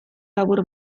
labur